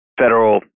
federal